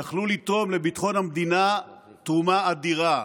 יכלו לתרום לביטחון המדינה תרומה אדירה.